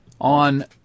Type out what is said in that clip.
On